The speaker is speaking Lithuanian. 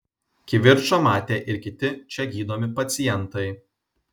kivirčą matė ir kiti čia gydomi pacientai